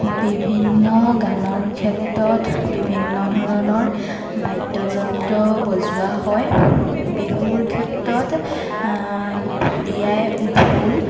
বিভিন্ন গানৰ ক্ষেত্ৰত বিভিন্ন ধৰণৰ বাদ্যযন্ত্ৰ বজোৱা হয় বিহুৰ ক্ষেত্ৰত ঢুলীয়াই ঢোল